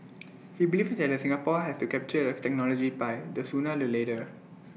he believes that the Singapore has to capture the technology pie the sooner the letter